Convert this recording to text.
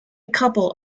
couple